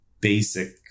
basic